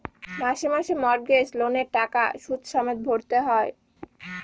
মাসে মাসে মর্টগেজ লোনের টাকা সুদ সমেত ভরতে হয়